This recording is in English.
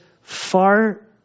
far